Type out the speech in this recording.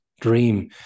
dream